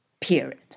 period